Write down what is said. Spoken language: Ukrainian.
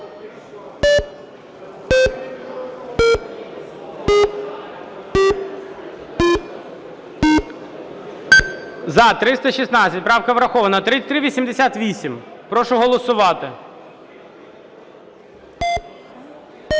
За-316 Правка врахована. 3475. Прошу голосувати.